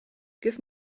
give